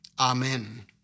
Amen